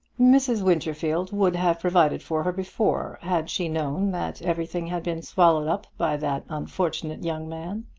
mrs. winterfield would have provided for her before, had she known that everything had been swallowed up by that unfortunate young man.